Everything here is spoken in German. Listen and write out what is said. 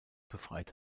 befreit